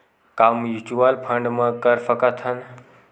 का mutual fund म कर सकत हन?